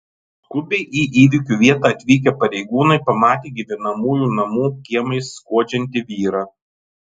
skubiai į įvykio vietą atvykę pareigūnai pamatė gyvenamųjų namų kiemais skuodžiantį vyrą